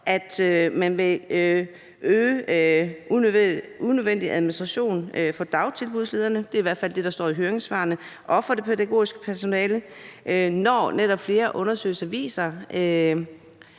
at man vil øge den unødvendige administration for dagtilbudslederne – det i hvert fald det, der står i høringssvarene – og for det pædagogiske personale, når netop flere undersøgelser viser,